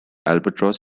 albatross